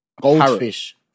goldfish